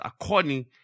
according